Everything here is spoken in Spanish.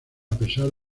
pesar